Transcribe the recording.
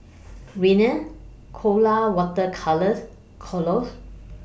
Rene Colora Water Colours Kordel's